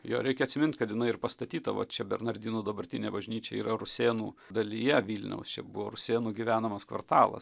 jo reikia atsimint kad jinai ir pastatyta va čia bernardinų dabartinė bažnyčia yra rusėnų dalyje vilniaus čia buvo rusėnų gyvenamas kvartalas